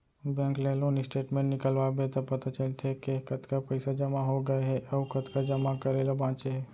bank ले loan statement निकलवाबे त पता चलथे के कतका पइसा जमा हो गए हे अउ कतका जमा करे ल बांचे हे